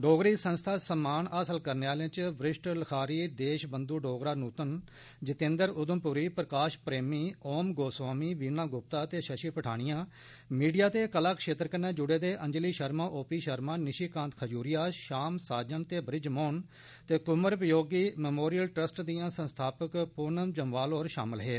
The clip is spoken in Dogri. डोगरी संस्था सम्मान हासल करने आलें च वरिष्ठ लखारी देशबंधू डोगरा नूतन जितेन्द्र उघमपुरी प्रकाश प्रेमी ओम गोस्वामी वीणा गुप्ता शशि पठानिया मीडिया ते कला क्षेत्र कन्नै जुड़े दे अंजलि शर्मा ओ पी शर्मा निशी कांत खजूरिया शाम साजन बृजमोहन ते कुंवर वियोगी मेमोरियल ट्रस्ट दियां संस्थापक पूनम जम्वाल होर शामल हे